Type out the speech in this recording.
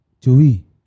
Joey